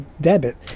debit